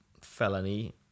felony